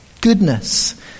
goodness